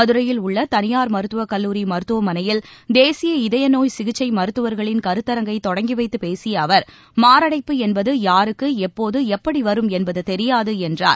மதுரையில் உள்ள தனியார் மருத்துவக் கல்லூரி மருத்துவமனையில் தேசிய இதயநோய் சிகிச்சை மருத்துவர்களின் கருத்தரங்கை தொடங்கி வைத்துப் பேசிய அவர் மாரடைப்பு என்பது யாருக்கு எப்போது எப்படி வரும் என்பது தெரியாது என்றார்